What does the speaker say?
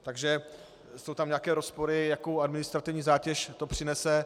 Takže jsou tam nějaké rozpory, jakou administrativní zátěž to přinese.